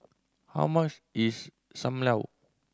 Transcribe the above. how much is Sam Lau